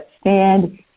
stand